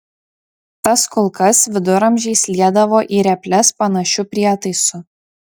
tas kulkas viduramžiais liedavo į reples panašiu prietaisu